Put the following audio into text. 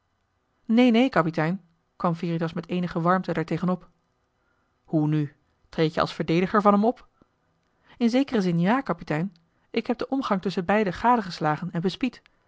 neen neen kapitein kwam veritas met eenige warmte daar tegen op hoe nu treed je als verdediger van hem op in zekeren zin jà kapitein ik heb den omgang tusschen beiden gadegeslagen en